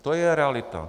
To je realita.